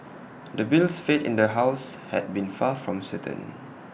the bill's fate in the house had been far from certain